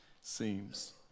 seems